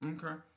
Okay